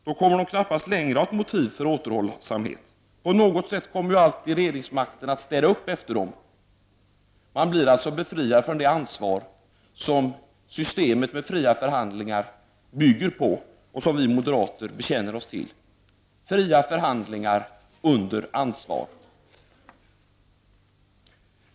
Då kommer de knappast längre att ha något motiv för återhållsamhet — på något sätt kommer ju alltid regeringsmakten att städa upp efter dem. Man blir alltså befriad från det ansvar som systemet med fria förhandlingar bygger på och som vi moderater bekänner oss till — fria förhandlingar under ansvar.